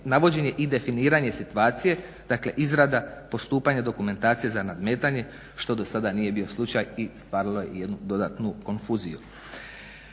navođenje i definiranje situacije. Dakle, izrada, postupanje dokumentacije za nadmetanje što do sada nije bilo slučaj i stvaralo je jednu dodatnu konfuziju.